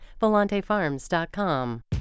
volantefarms.com